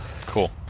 Cool